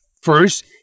First